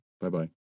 Bye-bye